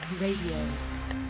Radio